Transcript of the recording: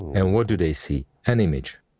and what do they see? an image,